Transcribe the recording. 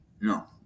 No